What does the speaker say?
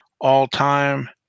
all-time